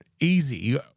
easy